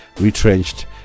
retrenched